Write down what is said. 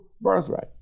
birthright